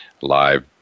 live